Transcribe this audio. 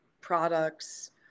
products